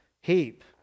heap